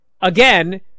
Again